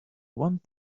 one